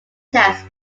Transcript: test